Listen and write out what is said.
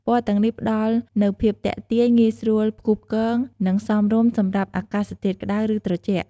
ពណ៌ទាំងនេះផ្ដល់នូវភាពទាក់ទាញ ងាយស្រួលផ្គូផ្គង និងសមរម្យសម្រាប់អាកាសធាតុក្ដៅ ឬត្រជាក់។